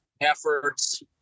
efforts